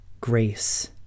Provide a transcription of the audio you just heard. grace